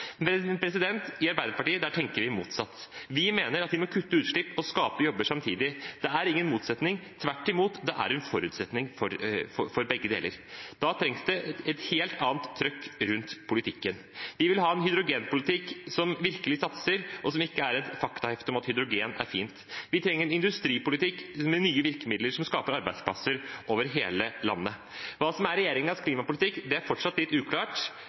I Arbeiderpartiet tenker vi motsatt. Vi mener at vi må kutte utslipp og skape jobber samtidig. Det er ingen motsetning. Tvert imot, det er en forutsetning for begge deler. Da trengs det et helt annet trykk i politikken. Vi vil ha en hydrogenpolitikk som virkelig satser, og som ikke er et faktahefte om at hydrogen er fint. Vi trenger en industripolitikk med nye virkemidler som skaper arbeidsplasser over hele landet. Hva som er regjeringens klimapolitikk, er fortsatt litt uklart.